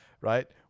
right